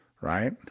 Right